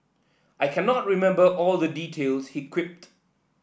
I cannot remember all the details he quipped